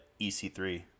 EC3